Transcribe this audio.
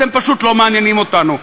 אתם פשוט לא מעניינים אותנו.